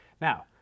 now